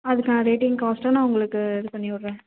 அதுக்கான ரேட்டையும் காஸ்ட்டும் நான் உங்களுக்கு இது பண்ணி விட்றேன்